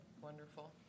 Wonderful